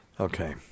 Okay